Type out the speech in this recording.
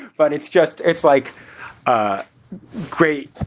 but it's just it's like great,